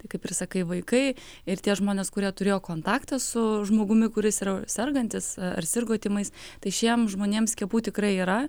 tai kaip ir sakai vaikai ir tie žmonės kurie turėjo kontaktą su žmogumi kuris yra sergantis ar sirgo tymais tai šiems žmonėms skiepų tikrai yra